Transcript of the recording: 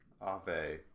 Ave